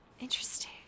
interesting